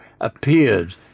appeared